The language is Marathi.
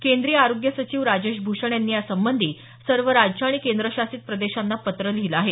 केंद्रीय आरोग्य सचिव राजेश भूषण यांनी यासंबंधी सर्व राज्य आणि केंद्रशासित प्रदेशांना पत्र लिहिलं आहे